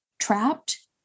trapped